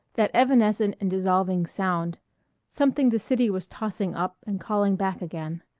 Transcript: that evanescent and dissolving sound something the city was tossing up and calling back again,